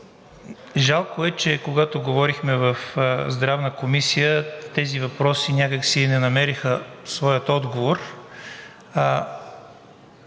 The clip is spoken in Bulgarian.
жалко е, че когато говорихме в Здравната комисия, тези въпроси някак си не намериха своя отговор.